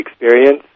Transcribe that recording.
experience